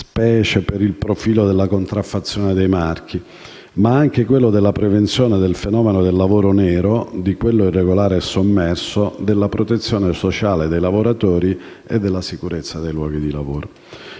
specie per il profilo della contraffazione dei marchi, ma anche quello della prevenzione del fenomeno del lavoro nero, di quello irregolare e sommerso, della protezione sociale dei lavoratori e della sicurezza dei luoghi di lavoro.